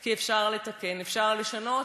כי אפשר לתקן, אפשר לשנות.